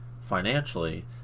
financially